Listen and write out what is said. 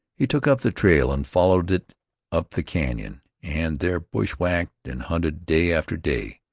he took up the trail and followed it up the canon, and there bushwhacked and hunted day after day.